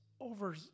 over